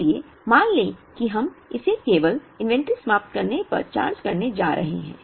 इसलिए मान लें कि हम इसे केवल इन्वेंट्री समाप्त करने पर चार्ज करने जा रहे हैं